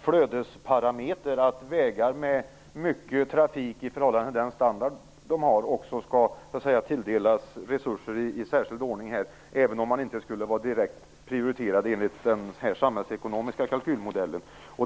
flödesparameter. Vägar med mycket trafik i förhållande till den standard de har skall också tilldelas resurser i särskild ordning, även om de inte skulle vara direkt prioriterade enligt den samhällsekonomiska kalkylmodellen.